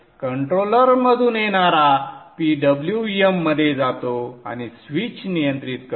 कंट्रोलरमधून येणारा PWM मध्ये जातो आणि स्विच नियंत्रित करतो